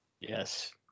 Yes